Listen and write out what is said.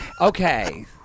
Okay